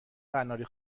قناری